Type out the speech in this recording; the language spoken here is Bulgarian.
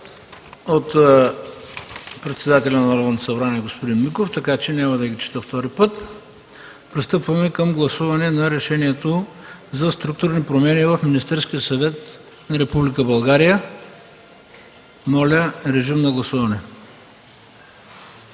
от председателя на Народното събрание господин Миков, така че няма да ги чета втори път. Пристъпваме към гласуване на проекторешението за структурни промени в Министерския съвет на Република България. Моля режим на гласуване.